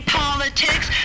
politics